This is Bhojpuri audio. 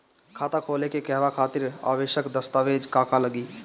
खाता खोले के कहवा खातिर आवश्यक दस्तावेज का का लगी?